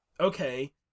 okay